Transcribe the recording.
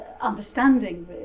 Understanding